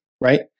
right